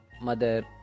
mother